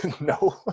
No